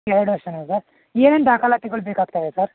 ಎರಡು ವರ್ಷನ ಸರ್ ಏನೇನು ದಾಖಲಾತಿಗಳ್ ಬೇಕಾಗ್ತವೆ ಸರ್